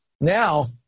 now